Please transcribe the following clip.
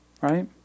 right